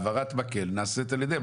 העברת המקל נעשית על ידיהם.